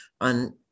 on